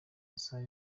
isaha